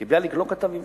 כי ביאליק לא כתב עברית.